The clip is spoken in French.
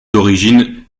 d’origine